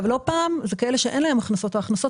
לא פעם אלה אנשים שאין להם הכנסות או ההכנסות